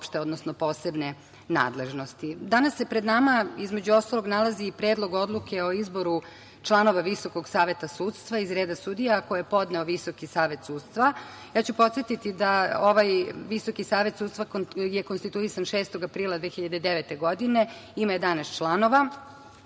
se pred nama, između ostalog, nalazi i Predlog odluke o izboru članova Visokog saveta sudstva iz reda sudija, a koji je podneo Visoki savet sudstva. Ja ću podsetiti da ovaj Visoko savet sudstva je konstituisan 6. aprila 2009. godine i ima 11 članova.